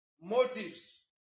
motives